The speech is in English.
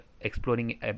exploring